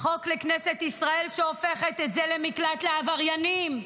לכנסת ישראל, שהופכת את זה למקלט לעבריינים,